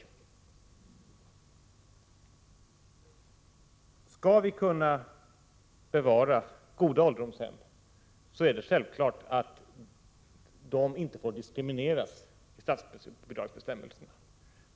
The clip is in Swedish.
Om vi skall kunna bevara goda ålderdomshem är det självklart att de inte får diskrimineras när det gäller statsbidragsbestämmelserna.